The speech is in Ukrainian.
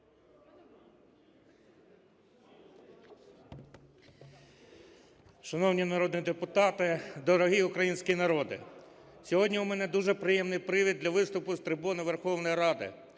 Шановні народні депутати, дорогий український народе! Сьогодні у мене дуже приємний привід для виступу з трибуни Верховної Ради.